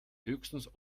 höchstens